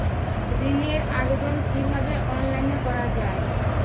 ঋনের আবেদন কিভাবে অনলাইনে করা যায়?